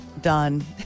done